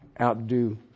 outdo